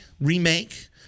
Remake